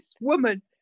woman